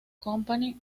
company